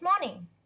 morning